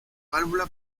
válvula